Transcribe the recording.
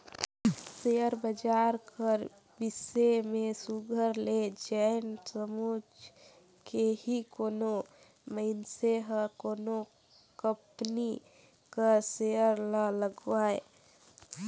share बजार कर बिसे में सुग्घर ले जाएन समुझ के ही कोनो मइनसे हर कोनो कंपनी कर सेयर ल लगवाए